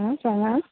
आं जाणां